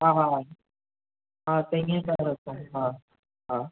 हा हा हा हा त हीअं करियो तऊं हा हा